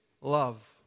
love